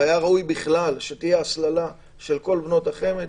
היה ראוי בכלל שתהיה הסללה של כל בנות החמ"ד